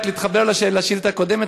רק להתחבר לשאילתה הקודמת,